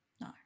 No